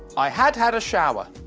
i had had a shower.